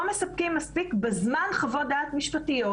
מספקים מספיק בזמן חוות דעת משפטיות.